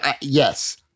Yes